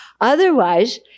Otherwise